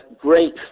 great